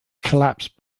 collapsed